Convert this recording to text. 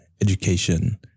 education